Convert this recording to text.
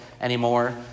anymore